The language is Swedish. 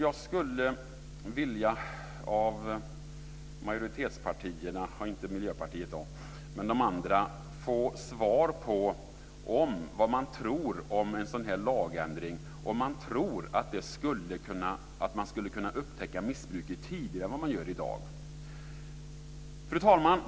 Jag skulle vilja få svar från majoritetspartierna, Miljöpartiet undantaget, på frågan vad de tror om en lagändring av detta slag. Skulle man kunna upptäcka missbruket tidigare än man gör i dag? Fru talman!